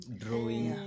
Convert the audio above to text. drawing